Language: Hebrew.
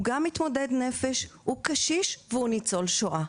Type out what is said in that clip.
הוא גם מתמודד נפש, גם קשיש וגם ניצול שואה.